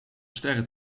sterren